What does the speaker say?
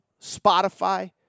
Spotify